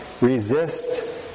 Resist